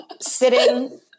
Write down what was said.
sitting –